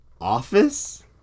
office